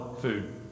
food